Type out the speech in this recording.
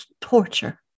torture